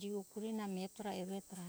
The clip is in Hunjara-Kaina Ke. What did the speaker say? jiuekuruna miretora evetora